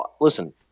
listen